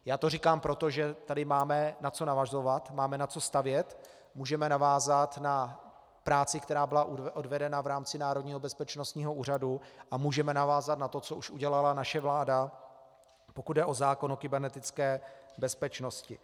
Já to říkám proto, že tady máme na co navazovat, máme na co stavět, můžeme navázat na práci, která byla odvedena v rámci Národního bezpečnostního úřadu, a můžeme navázat na to, co už udělala naše vláda, pokud jde o zákon o kybernetické bezpečnosti.